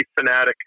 fanatic